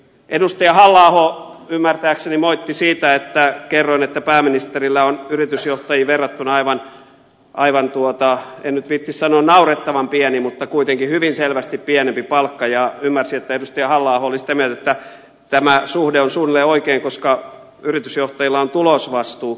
edustaja halla aho ymmärtääkseni moitti siitä että kerroin että pääministerillä on yritysjohtajiin verrattuna aivan en nyt viitsi sanoa naurettavan pieni mutta kuitenkin hyvin selvästi pienempi palkka ja ymmärsin että edustaja halla aho oli sitä mieltä että tämä suhde on suunnilleen oikein koska yritysjohtajilla on tulosvastuu